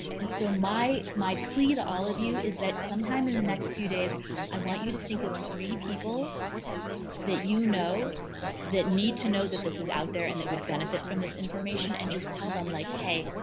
and so my my plea to all of you is that sometime in the next few days i want you to think of three people that you know that need to know that this is out there and they would benefit from this information and just tell them like hey,